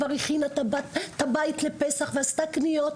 הם כבר הכינו את הבית לפסח וכבר עשו קניות.